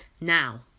Now